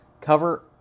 Cover